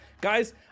guys